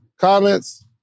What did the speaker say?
comments